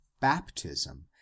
baptism